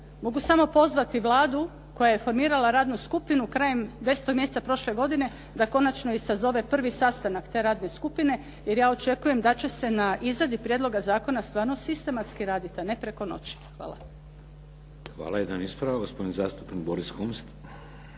mogu samo pozvati Vladu koja je formirala radnu skupinu krajem 10. mjeseca prošle godine da konačno i sazove prvi sastanak te radne skupine, jer ja očekujem da će se na izradi prijedloga zakona stvarno sistematski raditi, a ne preko noći. Hvala. **Šeks, Vladimir (HDZ)** Hvala. Jedan ispravak, gospodin zastupnik Boris Kunst.